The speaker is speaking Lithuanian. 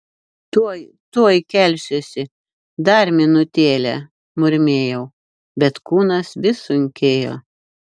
tuoj tuoj kelsiuosi dar minutėlę murmėjau bet kūnas vis sunkėjo